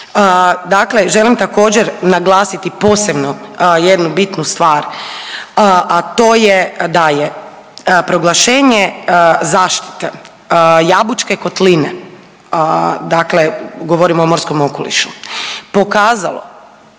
Dakle želim također naglasiti posebno jednu bitnu stvar, a to je da je proglašenje zaštite Jabučke kotline, dakle govorimo o morskom okolišu, pokazalo